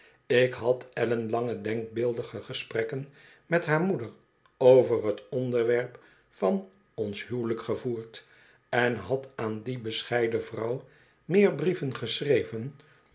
ik had ellenlange denkbeeldige gesprekken met haar moeder over t onderwerp van ons huwelijk gevoerd en had aan die bescheiden vrouw meer brieven geschreven